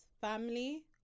family